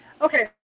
Okay